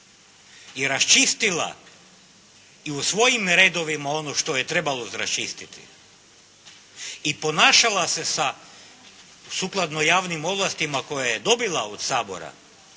i raščistila i u svojim redovima ono što je trebalo raščistiti. I ponašala se sa sukladno javnim ovlastima koje je dobila od Sabora.